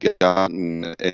gotten